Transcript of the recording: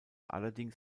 allerdings